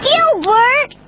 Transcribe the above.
Gilbert